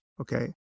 okay